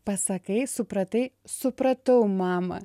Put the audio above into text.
pasakai supratai supratau mama